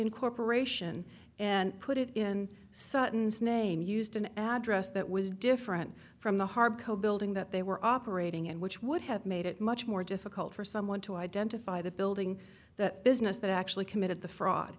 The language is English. incorporation and put it in suttons name used an address that was different from the hard code building that they were operating in which would have made it much more difficult for someone to identify the building the business that actually committed the fraud